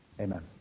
Amen